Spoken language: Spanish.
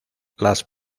las